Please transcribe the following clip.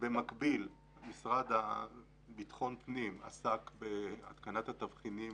המשרד לביטחון פנים עסק בהרכבת התבחינים